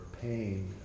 pain